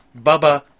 Bubba